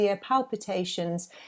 palpitations